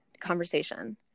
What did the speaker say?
conversation